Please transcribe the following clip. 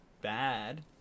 bad